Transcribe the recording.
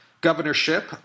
governorship